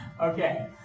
Okay